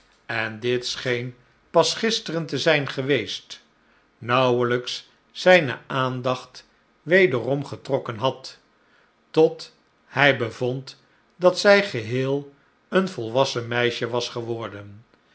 en dit scheen pas gisteren te zijn geweest nauwelijks s zijne aandachtwederom getrokken had tot hij bevond dat zij geheel een volwassen meisje was geworden